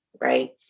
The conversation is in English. right